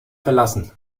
verlassen